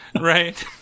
Right